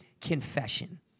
confession